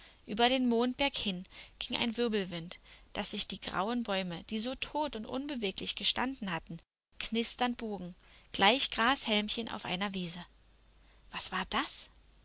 über den mondberg hin ging ein wirbelwind daß sich die grauen bäume die so tot und unbeweglich gestanden hatten knisternd bogen gleich grashälmchen auf einer wiese was war das